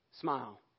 smile